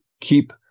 keep